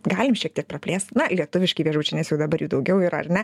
galim šiek tiek praplėst na lietuviški viešbučiai nes jau dabar jų daugiau yra ar ne